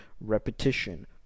repetition